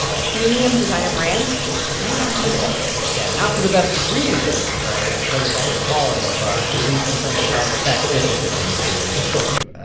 premium designer brands just might not be affected yeah, not for the best of reasons right? because of that inequality, but at least in terms of how it affects affects this specific industry, it might continue.